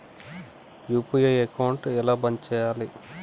UPI account ఎలా బంద్ చేయాలి?